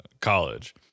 college